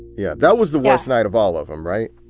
yeah. that was the worst night of all of them. right.